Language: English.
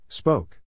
Spoke